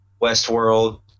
Westworld